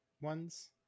ones